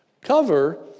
Cover